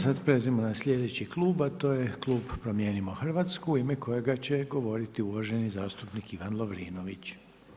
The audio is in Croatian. Sad prelazimo na slijedeći klub, a to je klub Promijenimo Hrvatsku, u ime kojeg će govoriti zastupnik Ivan Lovrinović.